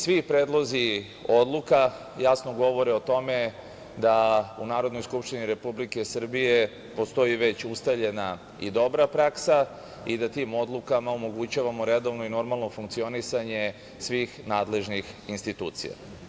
Svi predlozi odluka jasno govore o tome da u Narodnoj skupštini Republike Srbije postoji već ustaljena i dobra praksa i da tim odlukama omogućavamo redovno i normalno funkcionisanje svih nadležnih institucija.